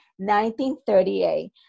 1938